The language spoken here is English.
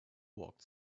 walked